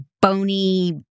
bony